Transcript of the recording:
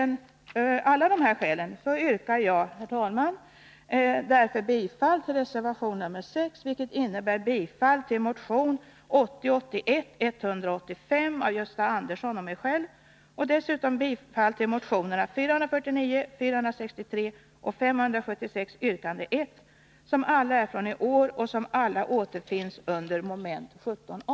Av alla dessa skäl yrkar jag bifall till reservation nr 6, vilket innebär bifall också till motion 1980/81:185 av Gösta Andersson och mig själv samt till motionerna 449, 463 och 576, yrkande 1, vilka alla är från i år och alla återfinns under moment 17 a.